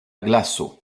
glaso